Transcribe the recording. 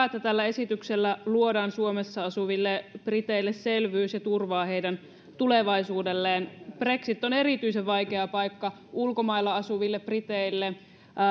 että tällä esityksellä luodaan suomessa asuville briteille selvyys ja turvaa heidän tulevaisuudelleen brexit on erityisen vaikea paikka ulkomailla asuville briteille